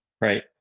right